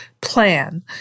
plan